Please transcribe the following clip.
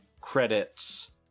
credits